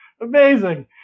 Amazing